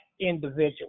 individual